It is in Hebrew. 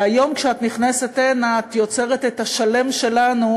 והיום, כשאת נכנסת הנה, את יוצרת את השלם שלנו,